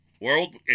World